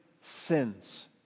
sins